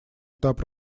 этап